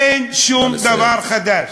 אין שום דבר חדש.